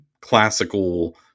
classical